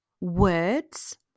words